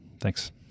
Thanks